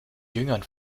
jüngern